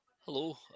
Hello